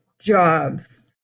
jobs